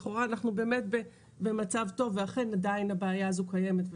לכאורה אנחנו באמת במצב טוב ועדיין הבעיה הזאת קיימת.